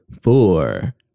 four